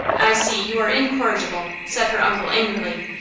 i see, you are incorrigible, said her uncle, angrily.